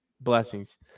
blessings